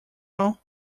all